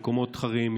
ממקומות אחרים,